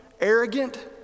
arrogant